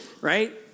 right